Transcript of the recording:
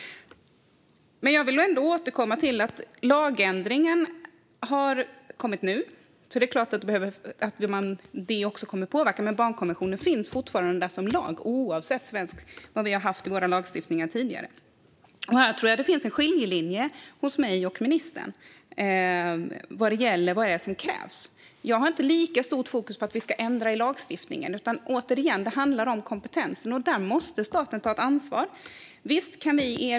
Jag vill ändå återkomma till att lagändringen kommer att påverka, men barnkonventionen finns fortfarande som lag oavsett vad som har funnits med i våra tidigare lagstiftningar. Här finns en skiljelinje mellan mig och ministern vad gäller vad som krävs. Jag har inte lika stort fokus på att ändra i lagstiftningen, utan återigen handlar det om kompetensen. Där måste staten ta ett ansvar.